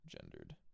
gendered